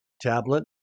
tablet